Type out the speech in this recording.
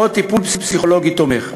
או טיפול פסיכולוגי תומך,